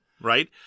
right